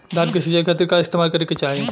धान के सिंचाई खाती का इस्तेमाल करे के चाही?